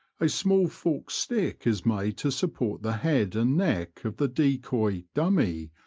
a small forked stick is made to support the head and neck of the decoy dummy,